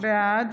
בעד